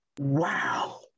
Wow